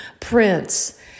Prince